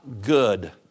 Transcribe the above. good